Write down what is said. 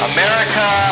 America